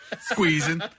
Squeezing